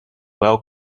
well